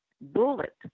bullet